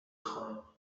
خواهم